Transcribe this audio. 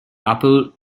opel